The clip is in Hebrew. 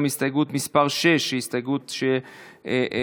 הסתייגות מס' 6 היא הסתייגות תקציבית,